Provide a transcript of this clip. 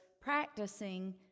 practicing